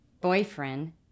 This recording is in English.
boyfriend